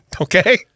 Okay